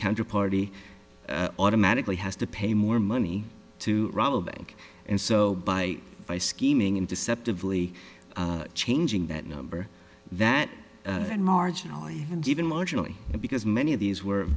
counterparty automatically has to pay more money to rob a bank and so by by scheming in deceptively changing that number that and marginally and even marginally because many of these were